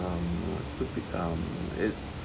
um it's